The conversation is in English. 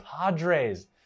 Padres